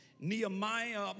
Nehemiah